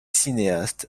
cinéastes